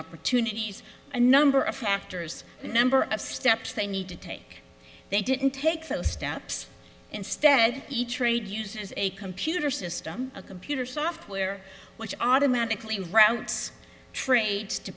opportunities a number of factors the number of steps they need to take they didn't take the steps instead each trade uses a computer system a computer software which automatically routes trades to